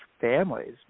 families